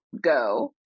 go